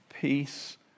peace